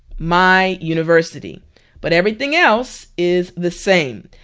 my university but everything else is the same.